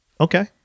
okay